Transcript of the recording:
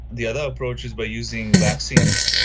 the other approach is by using vaccines,